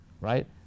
right